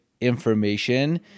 information